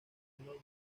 londres